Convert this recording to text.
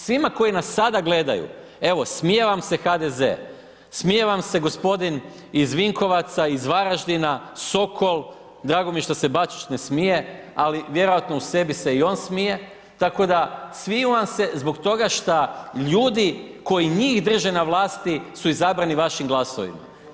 Svima koji nas sada gledaju, evo smije vam se HDZ, smiije vam se g. iz Vinkovaca, iz Varaždina, Sokol, drago mi je što se Bačić ne smije, ali vjerojatno u sebi se i on smije, tako da, smiju vam se zbog toga šta ljudi koji njih drže na vlasti su izabrani vašim glasovima.